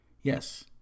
Yes